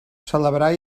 celebrar